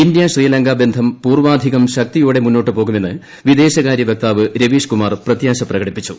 India Sri Lanka ബന്ധം പൂർവ്വാധികം ശക്തിയോടെ മുന്നോട്ട് പോകുമെന്ന് വിദേശകാരൃ വക്താവ് രവീഷ് കുമാർ പ്രത്യാശ പ്രകടിപ്പിച്ചു